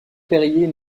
perrier